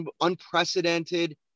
unprecedented